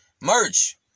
Merch